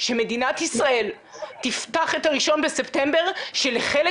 שמדינת ישראל תפתח את ה-1 בספטמבר כשלחלק